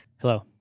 Hello